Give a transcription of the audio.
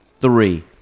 three